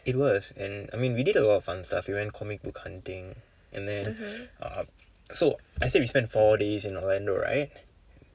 it was and I mean we did a lot of fun stuff we went comic book hunting and then uh so I said we spent four days in orlando right